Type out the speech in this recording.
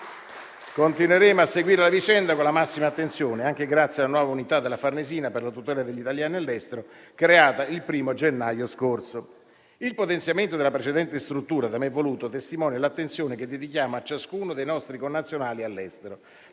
Continueremo a seguire la vicenda con la massima attenzione, anche grazie alla nuova unità della Farnesina per la tutela degli italiani all'estero, creata il 1° gennaio scorso. Il potenziamento della precedente struttura, da me voluto, testimonia l'attenzione che dedichiamo a ciascuno dei nostri connazionali all'estero;